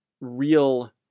real